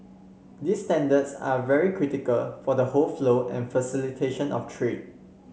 these standards are very critical for the whole flow and facilitation of trade